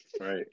Right